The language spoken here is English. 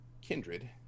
kindred